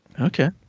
Okay